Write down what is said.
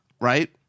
right